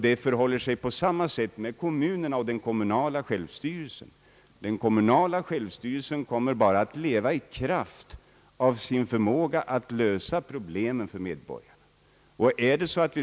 Det förhåller sig på samma sätt med kommunerna, Den kommunala självstyrelsen kommer att leva bara i kraft av sin förmåga att lösa problemen för medborgarna.